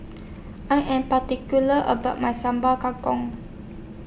I Am particular about My Sambal Kangkong